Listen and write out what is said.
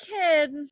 kid